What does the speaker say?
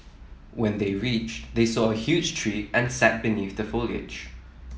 when they reached they saw a huge tree and sat beneath the foliage